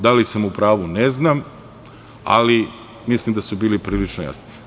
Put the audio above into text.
Da li sam u pravu ne znam, ali mislim da su bili prilično jasni.